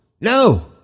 no